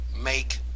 make